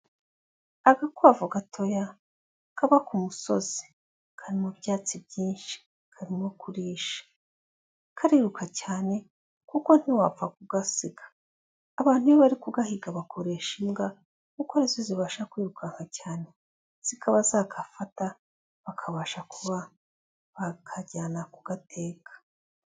Agakwavu gatoya kaba ku musozi kari mu byatsi byinshi karimo kurisha, kariruka cyane kuko ntiwapfa kugasiga, abantu iyo bari kugahiga bakoresha imbwa kuko arizo zibasha kwirukanka cyane zikaba zagafata bakabasha kuba bakajyana kugateka.